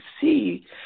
see